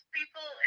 people